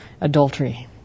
adultery